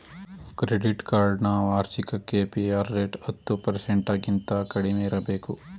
credit card ನ ವಾರ್ಷಿಕ KPR rate ಹತ್ತು ಪರ್ಸೆಂಟಗಿಂತ ಕಡಿಮೆ ಇರಬೇಕು